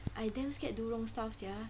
I damn scared do wrong stuff sia